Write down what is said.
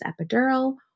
epidural